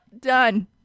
Done